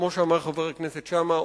כמו שאמר חבר הכנסת שאמה,